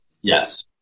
yes